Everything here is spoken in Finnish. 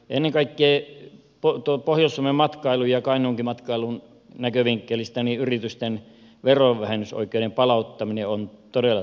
ennen kaikkea pohjois suomen matkailun ja kainuunkin matkailun näkövinkkelistä yritysten verovähennysoikeuden palauttaminen on todella tervetullut